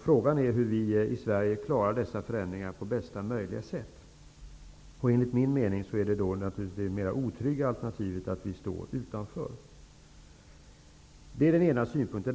Frågan är hur vi i Sverige klarar dessa förändringar på bästa möjliga sätt. Enligt min mening är det mer otrygga alternativet att vi står utanför. Detta var den ena synpunkten.